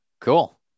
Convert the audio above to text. Cool